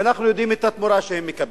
ואנחנו יודעים את התמורה שהם מקבלים.